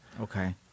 okay